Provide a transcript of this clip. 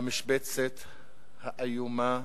המשבצת האיומה,